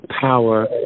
power